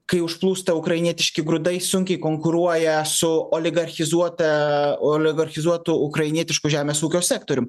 kai užplūsta ukrainietiški grūdai sunkiai konkuruoja su oligarchizuota oligarchizuotu ukrainietišku žemės ūkio sektorium